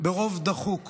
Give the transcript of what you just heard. / ברוב דחוק.